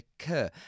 occur